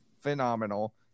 Phenomenal